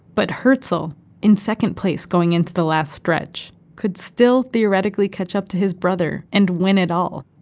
but herzel in second place going into the last stretch could still theoretically catch up to his brother and win it all.